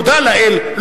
תודה לאל,